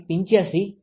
85 છે